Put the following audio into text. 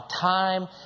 time